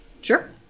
Sure